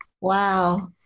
Wow